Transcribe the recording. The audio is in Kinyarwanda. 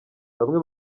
bamwe